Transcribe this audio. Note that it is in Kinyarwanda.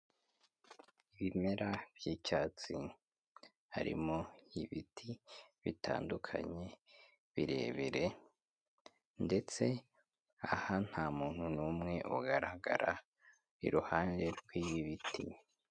Ibimera by'icyatsi harimo ibiti bitandukanye birebire ndetse aha nta muntu n'umwe ugaragara iruhande rw'ibi biti.